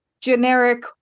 generic